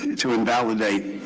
to invalidate,